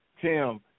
Tim